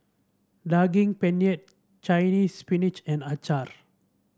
Daging Penyet Chinese Spinach and acar